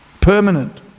permanent